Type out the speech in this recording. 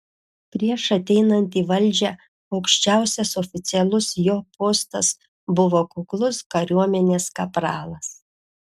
prieš ateinant į valdžią aukščiausias oficialus jo postas buvo kuklus kariuomenės kapralas